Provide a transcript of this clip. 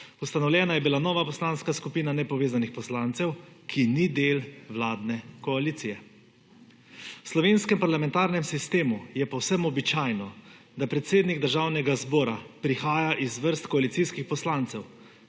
Ustanovljena je bila nova poslanska skupina nepovezanih poslancev, ki ni del vladne koalicije. V slovenskem parlamentarnem sistemu je povsem običajno, da predsednik Državnega zbora prihaja iz vrst koalicijskih poslancev.